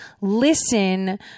listen